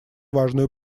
важную